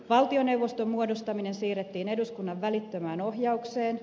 valtioneuvoston muodostaminen siirrettiin eduskunnan välittömään ohjaukseen